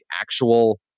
actual